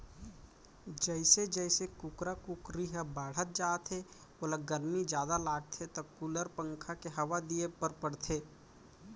जइसे जइसे कुकरा कुकरी ह बाढ़त जाथे ओला गरमी जादा लागथे त कूलर, पंखा के हवा दिये बर परथे